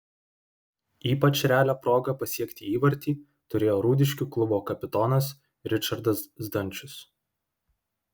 ypač realią progą pasiekti įvartį turėjo rūdiškių klubo kapitonas ričardas zdančius